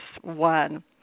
One